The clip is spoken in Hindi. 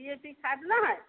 डी ए पी खाद न है